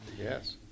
Yes